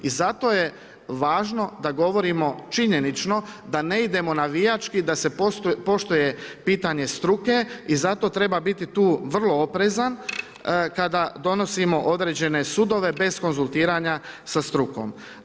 I zato je važno da govorimo činjenično da ne idemo navijački da se poštuje pitanje struke i zato treba biti tu vrlo oprezan kada donosimo određen sudove bez konzultiranja sa strukom.